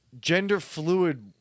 gender-fluid